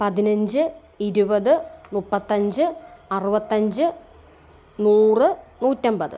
പതിനഞ്ച് ഇരുപത് മുപ്പത്തഞ്ച് അറുപത്തഞ്ച് നൂറ് നൂറ്റൻപത്